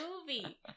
movie